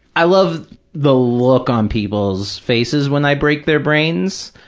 i love the look on people's faces when i break their brains.